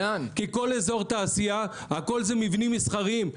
כי כל אזור התעשייה אלו מבנים מסחריים.